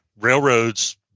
Railroads